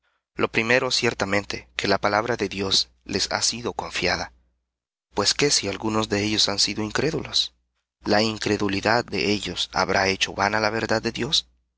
lo primero ciertamente que la palabra de dios les ha sido confiada pues qué si algunos de ellos han sido incrédulos la incredulidad de ellos habrá hecho vana la verdad de dios